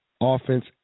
offense